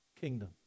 kingdom